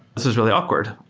this is really awkward.